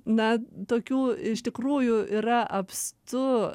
na tokių iš tikrųjų yra apstu